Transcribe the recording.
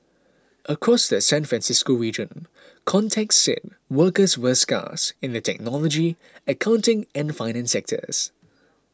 across the San Francisco region contacts said workers were scarce in the technology accounting and finance sectors